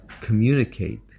communicate